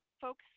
folks